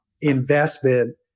investment